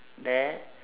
there